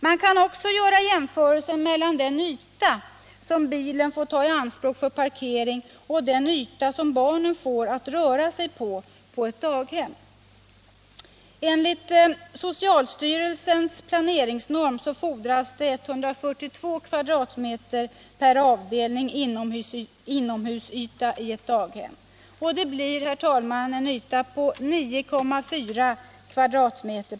Man kan också göra jämförelser mellan den yta, som bilen får ta i anspråk för parkering, och den yta som barnen får att röra sig på på ett daghem. Enligt socialstyrelsens planeringsnorm fordras det 142 m? per avdelning inomhusyta i ett daghem. Det motsvarar en yta på ca 9,4 m?